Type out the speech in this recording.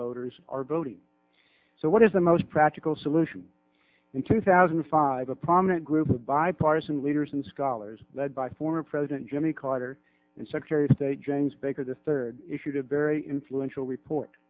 voters are voting so what is the most practical solution in two thousand and five a prominent group of bipartisan leaders and scholars led by former president jimmy carter and secretary of state james baker the third issued a very influential report